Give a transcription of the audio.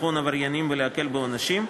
לחון עבריינים ולהקל בעונשים,